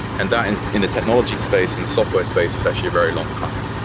and that in in the technology space and the software space is actually a very long time.